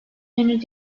henüz